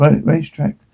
racetrack